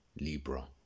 Libra